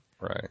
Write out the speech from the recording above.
Right